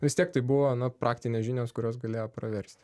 vis tiek tai buvo nu praktinės žinios kurios galėjo praversti